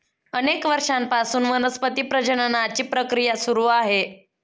अनेक वर्षांपासून वनस्पती प्रजननाची प्रक्रिया सुरू आहे